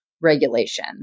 regulation